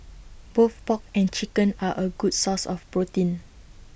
both pork and chicken are A good source of protein